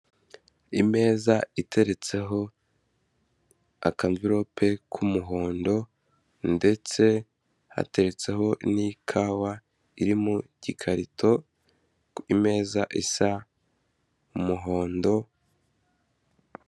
Imeza iteretseho akamvirope k'umuhondo ndetse hateretseho n'ikawa iri mu gikarito ku meza isa umuhondo.